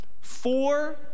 Four